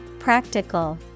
Practical